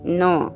no